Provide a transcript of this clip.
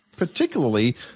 Particularly